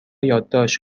یادداشت